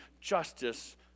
justice